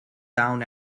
down